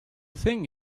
thing